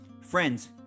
Friends